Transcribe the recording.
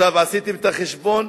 עכשיו, עשיתם את החשבון?